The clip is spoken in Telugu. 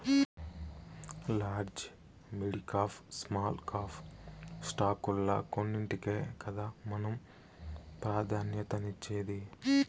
లాడ్జి, మిడికాప్, స్మాల్ కాప్ స్టాకుల్ల కొన్నింటికే కదా మనం ప్రాధాన్యతనిచ్చేది